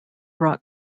rock